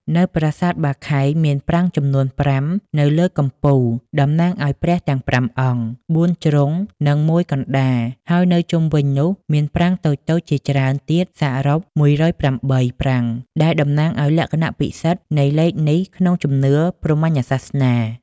នៅប្រាសាទបាខែង មានប្រាង្គចំនួន ប្រាំ នៅលើកំពូល តំណាងឱ្យព្រះទាំងប្រាំអង្គ បួនជ្រុង និងមួយកណ្តាល ហើយនៅជុំវិញនោះមានប្រាង្គតូចៗជាច្រើនទៀតសរុប ១០៨ ប្រាង្គ ដែលតំណាងឱ្យលក្ខណៈពិសិដ្ឋនៃលេខនេះក្នុងជំនឿព្រហ្មញ្ញសាសនា។